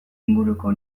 inguruko